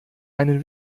einen